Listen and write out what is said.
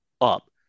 up